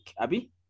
Abby